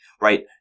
right